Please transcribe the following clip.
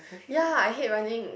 ya I hate running